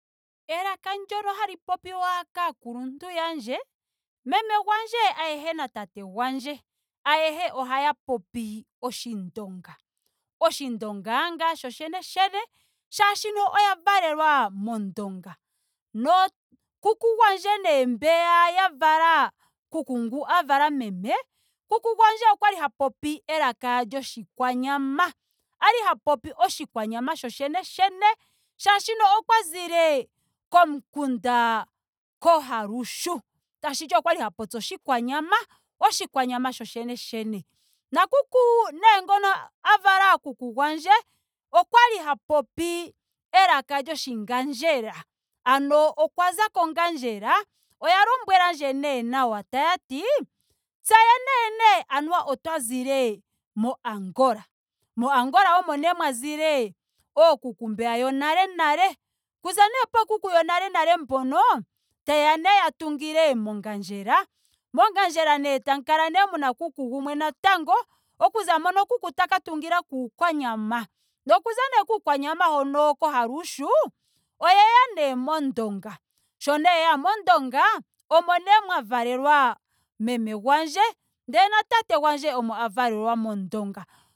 Elaka ndyono hali popiwa kaakuluntu yandje meme gwandje ayehe na tate gwandje ayehe ohaya popi oshindonga. Oshindonga nga shoshene shene molwaashoka oya valelwa mondonga. Nookuku nee gwandje mbeya ya vala kuku ngu vala meme. kuku gwandje okwali ha popi elaka lyoshikwanyama. Kwali ha popi oshikwanyama shoshene molwaashoka okwa zile komukunda ohalushu. tashiti okwali ha popi oshikwanyama. Oshikwanyama shoshene shene. Na kuku nee ngu a vala kuku gwandje okwali ha popi elaka lyoshingandjera. Ano okwa za kongandjera. Oya lombwelandje nee nawa tati tse yeneyene otwa zile mo angola. Mo angola omo nee mwa zile oo kuku mbeya yonale nale. Okuza nee poo kuku yonala nale mpono. tayeya nee ya tungile mongandjera. Mo ongandjera tamu kala nee muna kuku gumwe natango. Okuza mpoka kuku taka tungila kuukwanyama. Nokuza nee kuukwanyama hono ko ohalushu oyeya nee mondonga. Sho nee yeya mondonga omo nee mwa valelwa meme gwandje ndee na tate gwandje omo a valelwa mondonga.